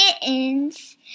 kittens